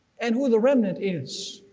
and who the remnant is.